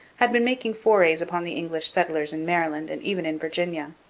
had been making forays upon the english settlers in maryland and even in virginia.